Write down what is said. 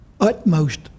utmost